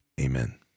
Amen